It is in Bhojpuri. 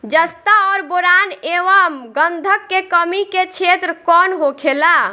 जस्ता और बोरान एंव गंधक के कमी के क्षेत्र कौन होखेला?